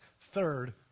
Third